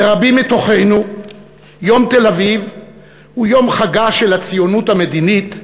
לרבים מתוכנו יום תל-אביב הוא יום חגה של הציונות המדינית,